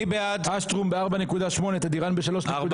אשטרום ב-4.8, תדיראן ב-3 --- תודה.